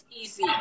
easy